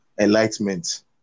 enlightenment